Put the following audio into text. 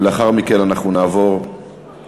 ולאחר מכן אנחנו נעבור להצבעה.